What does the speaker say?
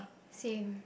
same